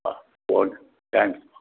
ah okay thank you